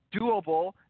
doable